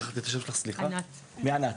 מענת.